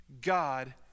God